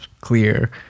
clear